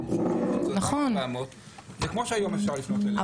זה כמו שהיום אפשר לפנות אליהם,